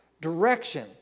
direction